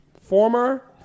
Former